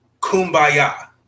kumbaya